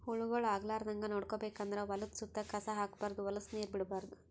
ಹುಳಗೊಳ್ ಆಗಲಾರದಂಗ್ ನೋಡ್ಕೋಬೇಕ್ ಅಂದ್ರ ಹೊಲದ್ದ್ ಸುತ್ತ ಕಸ ಹಾಕ್ಬಾರ್ದ್ ಹೊಲಸ್ ನೀರ್ ಬಿಡ್ಬಾರ್ದ್